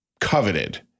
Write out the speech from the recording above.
coveted